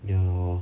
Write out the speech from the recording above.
ya lor